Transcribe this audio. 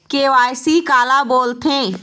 KYC काला बोलथें?